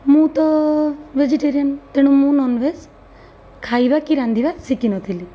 ମୁଁ ତ ଭେଜିଟେରିଆନ୍ ତେଣୁ ମୁଁ ନନଭେଜ୍ ଖାଇବା କି ରାନ୍ଧିବା ଶିଖିନଥିଲି